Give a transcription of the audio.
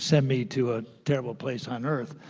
so me to a terrible place on earth,